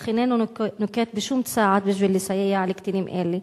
אך איננו נוקט שום צעד בשביל לסייע לקטינים אלה.